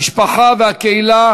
המשפחה והקהילה,